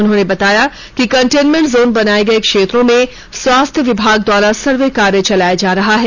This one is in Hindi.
उन्होंने बताया कि कंटेनमेंट जोन बनाए गए क्षेत्रों में स्वास्थ्य विभाग द्वारा सर्वे कार्य चलाया जा रहा है